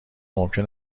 ممکن